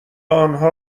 آنها